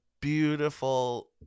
beautiful